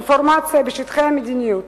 אינפורמציה בשטחי המדיניות,